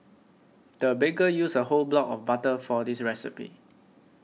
the baker used a whole block of butter for this recipe